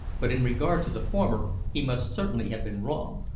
but in regard to the former, he must certainly have been wrong,